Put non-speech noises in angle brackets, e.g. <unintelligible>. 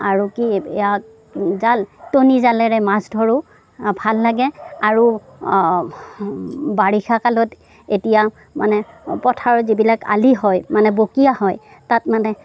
আৰু কি <unintelligible> ইয়াত জাল টুনি জালেৰে মাছ ধৰোঁ ভাল লাগে আৰু বাৰিষা কালত এতিয়া মানে পথাৰত যিবিলাক আলি হয় মানে বঁকিয়া হয় তাত মানে